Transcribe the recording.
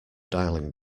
dialling